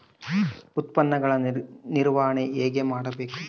ಉತ್ಪನ್ನಗಳ ನಿರ್ವಹಣೆ ಹೇಗೆ ಮಾಡಬೇಕು?